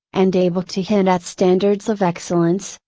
and able to hint at standards of excellence,